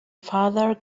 father